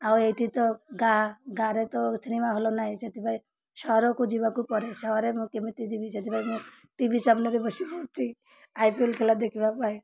ଆଉ ଏଇଠି ତ ଗାଁ ଗାଁରେ ତ ସିନେମା ହଲ୍ ନାହିଁ ସେଥିପାଇଁ ସହରକୁ ଯିବାକୁ ପଡ଼େ ସହରେ ମୁଁ କେମିତି ଯିବି ସେଥିପାଇଁ ମୁଁ ଟିଭି ଚ୍ୟାନେଲ୍ରେ ବସି ଲୁଚି ଆଇ ପି ଏଲ୍ ଖେଲା ଦେଖିବା ପାଇଁ